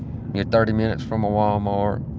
thirty minutes from a walmart.